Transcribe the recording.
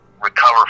recover